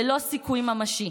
ללא סיכוי ממשי.